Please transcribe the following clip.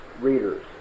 readers